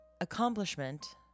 accomplishment